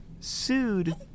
sued